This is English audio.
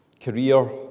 career